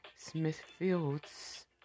Smithfield's